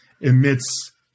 Emits